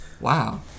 Wow